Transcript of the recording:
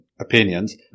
opinions